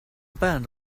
band